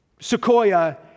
sequoia